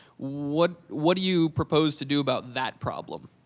what what do you propose to do about that problem?